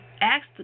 asked